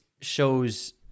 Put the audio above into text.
shows